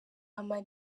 ama